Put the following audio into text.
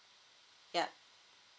ya